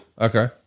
Okay